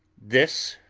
this,